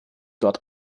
dort